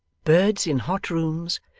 birds in hot rooms,